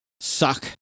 suck